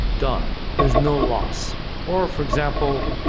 done. there's no loss or for example,